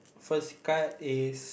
first card is